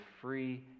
free